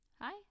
Hi